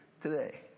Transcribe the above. today